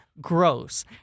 gross